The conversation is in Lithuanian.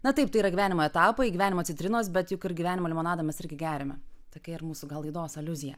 na taip tai yra gyvenimo etapai gyvenimą citrinos bet juk ir gyvenimo limonadą mes irgi geriame tokia ir mūsų gal laidos aliuzija